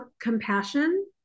compassion